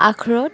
আখরোট